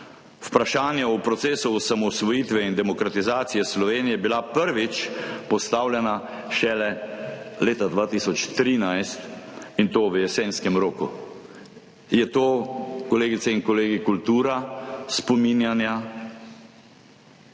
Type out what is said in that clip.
vprašanja o procesu osamosvojitve in demokratizacije Slovenije prvič postavljena šele leta 2013, in to v jesenskem roku. Je to, kolegice in kolegi, kultura spominjanja?